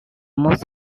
most